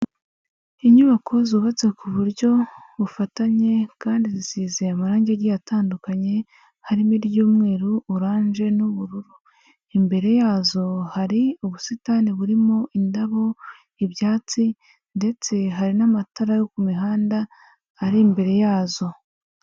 Inyubako zubatswe ku buryo bufatanye kandi zisize amarangi agiye atandukanye, harimo: iry'umweru, oranje, n'ubururu. Imbere yazo hari ubusitani burimo indabo ibyatsi ndetse hari n'amatara yo ku mihanda ari imbere yazo.